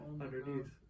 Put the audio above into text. underneath